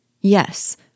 Yes